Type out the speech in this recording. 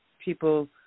people